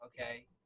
Okay